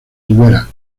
libera